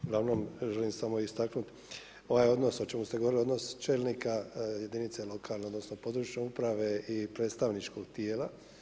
Uglavnom želim samo istaknuti ovaj odnos o čemu ste govorili, odnos čelnika jedinice lokalne, odnosno područne uprave i predstavničkog tijela.